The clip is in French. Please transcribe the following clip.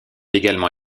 également